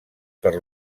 per